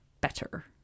better